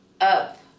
up